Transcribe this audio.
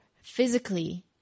physically